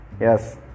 Yes